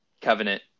covenant